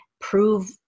prove